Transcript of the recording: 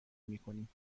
میکنیم